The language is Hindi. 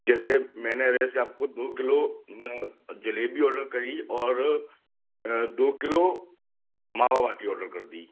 जैसे मैंने अगर जैसे आपको दो किलो जलेबी ऑडर करी और दो किलो मावा बाटी ऑडर कर दी